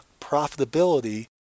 Profitability